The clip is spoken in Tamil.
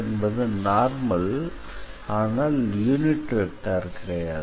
என்பது நார்மல் ஆனால் யூனிட் வெக்டார் கிடையாது